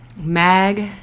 mag